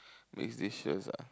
with this shows ah